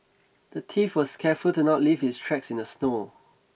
the thief was careful to not leave his tracks in the snow